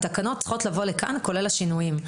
התקנות צריכות לבוא לכאן כולל השינויים.